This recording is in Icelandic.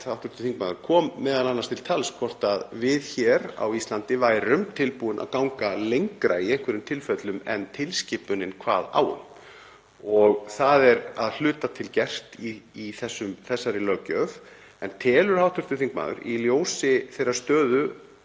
ef ég man rétt, kom m.a. til tals hvort við hér á Íslandi værum tilbúin að ganga lengra í einhverjum tilfellum en tilskipunin kvað á um og það er að hluta til gert í þessari löggjöf. En telur hv. þingmaður, í ljósi þeirrar stöðu